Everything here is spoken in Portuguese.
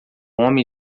homem